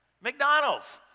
McDonald's